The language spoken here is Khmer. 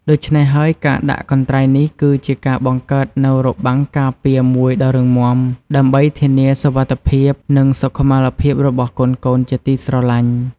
ដូច្នេះហើយ ការដាក់កន្ត្រៃនេះគឺជាការបង្កើតនូវរបាំងការពារមួយដ៏រឹងមាំ ដើម្បីធានាសុវត្ថិភាព និងសុខុមាលភាពរបស់កូនៗជាទីស្រឡាញ់។